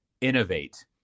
innovate